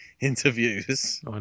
interviews